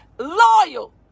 loyal